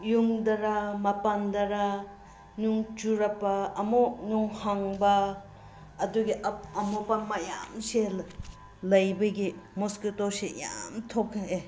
ꯌꯨꯝꯗꯔꯥ ꯃꯄꯥꯟꯗꯔꯥ ꯅꯣꯡ ꯆꯨꯔꯛꯄ ꯑꯃꯨꯛ ꯅꯣꯡ ꯍꯥꯡꯕ ꯑꯗꯨꯒꯤ ꯑꯃꯣꯠꯄ ꯃꯌꯥꯝꯁꯦ ꯂꯩꯕꯒꯤ ꯃꯣꯁꯀꯤꯇꯣꯁꯦ ꯌꯥꯝ ꯊꯣꯂꯛꯑꯦ